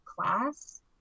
class